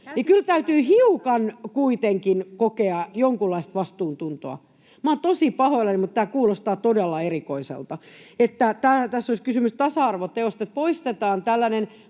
kyllä täytyisi hiukan kuitenkin kokea jonkunlaista vastuuntuntoa. Minä olen tosi pahoillani, mutta tämä kuulostaa todella erikoiselta, että tässä olisi kysymys tasa-arvoteosta, kun poistetaan tällainen